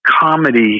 comedy